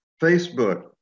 Facebook